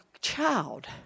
child